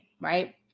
right